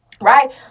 right